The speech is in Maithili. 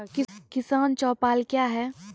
किसान चौपाल क्या हैं?